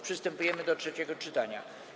Przystępujemy do trzeciego czytania.